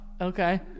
Okay